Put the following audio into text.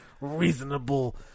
reasonable